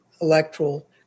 electoral